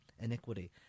iniquity